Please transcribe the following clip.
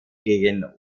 gegen